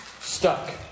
stuck